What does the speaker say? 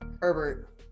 Herbert